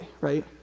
right